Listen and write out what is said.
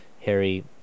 Harry